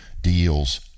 deals